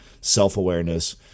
self-awareness